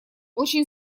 очень